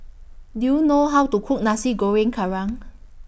Do YOU know How to Cook Nasi Goreng Kerang